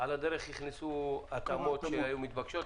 על הדרך הכניסו התאמות שהיו מתבקשות.